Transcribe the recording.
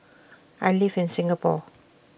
I live in Singapore